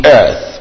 earth